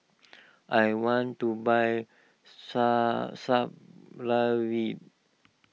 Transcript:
I want to buy Supravit